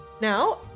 Now